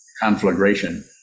conflagration